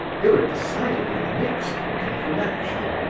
they were a decidedly mixed-looking collection,